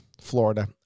Florida